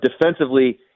defensively